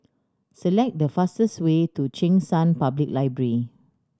select the fastest way to Cheng San Public Library